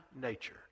nature